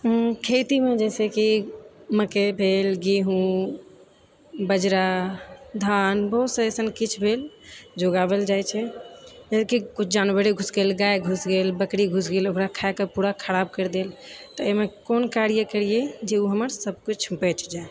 खेतीमे जैसेकि मकई भेल गेहूँ बजरा धान बहुत सा एसन किछु भेल जे उगाबल जाइ छै जैसे कि किछु जानवरे घुसि गेल गाय घुसि गेल बकरी घुसि गेल ओकरा खायकऽ पूरा खराब करि देल तऽ एहिमे कोन कार्य करियै जे ओ हमर सबकिछु बचि जाय